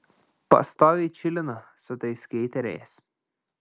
pastoviai čilina su tais skeiteriais